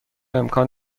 امکان